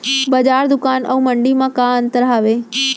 बजार, दुकान अऊ मंडी मा का अंतर हावे?